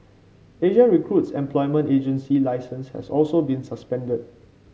Asia Recruit's employment agency licence has also been suspended